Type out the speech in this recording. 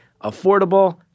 affordable